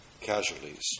casualties